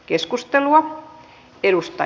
keskustelua eusta